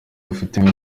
babifitemo